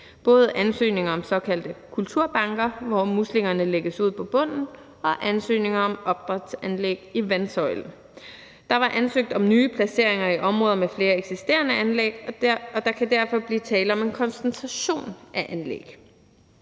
både ansøgninger om såkaldte kulturbanker, hvor muslingerne lægges ud på bunden, og ansøgninger om opdrætsanlæg i vandsøjle. Der var ansøgt om nye placeringer i områder med flere eksisterende anlæg, og der kan derfor blive tale om en koncentration af anlæg.